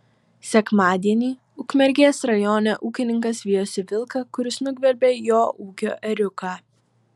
sekmadienį ukmergės rajone ūkininkas vijosi vilką kuris nugvelbė jo ūkio ėriuką